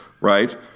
right